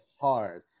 hard